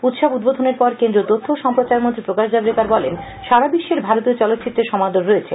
উৎসব উদ্বোধনের পর কেন্দ্রীয় তথ্য ও সম্প্রচার মন্ত্রী প্রকাশ জাভরেকর বলেন সারা বিশ্বে ভারতীয় চলচিত্রের সমাদর রয়েছে